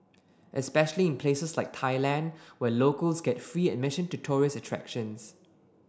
especially in places like Thailand where locals get free admission to tourist attractions